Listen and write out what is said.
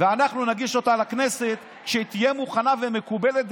ואנחנו נגיש אותה לכנסת כשהיא תהיה מוכנה ומקובלת,